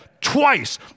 twice